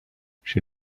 she